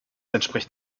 entspricht